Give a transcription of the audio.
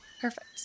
perfect